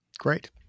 Great